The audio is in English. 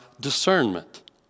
discernment